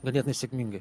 ganėtinai sėkmingai